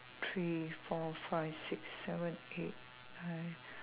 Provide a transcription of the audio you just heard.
three four five six seven eight nine